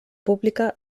pública